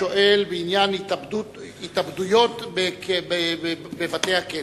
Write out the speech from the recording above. השואל בעניין התאבדויות בבתי-הכלא.